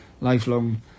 lifelong